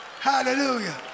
hallelujah